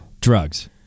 drugs